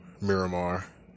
Miramar